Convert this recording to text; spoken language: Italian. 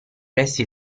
resti